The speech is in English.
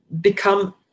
become